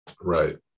right